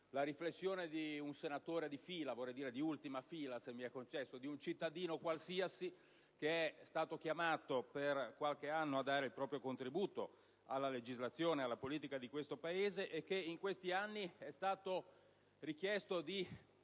la riflessione di un senatore di fila (di ultima fila, se mi è concessso dirlo), di un cittadino qualsiasi, che è stato chiamato per qualche anno a dare il proprio contributo alla legislazione e alla politica di questo Paese e al quale in questi anni è stato richiesto di